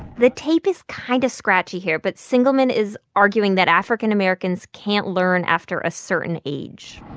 the tape is kind of scratchy here, but singelmann is arguing that african americans can't learn after a certain age